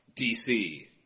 DC